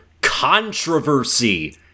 controversy